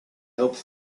helped